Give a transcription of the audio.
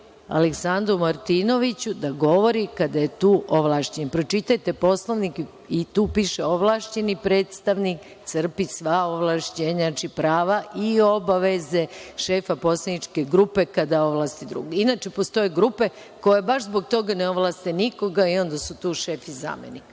Aleksandru Martinoviću da govori kada je tu ovlašćeni. Pročitajte Poslovnik i tu piše - ovlašćeni predstavnik crpi sva ovlašćenja, znači prava i obaveze šefa poslaničke grupe kada ovlasti drugog. Inače, postoje grupe koje baš zbog toga ne ovlaste nikoga i onda su tu šef i zamenik.